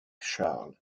charles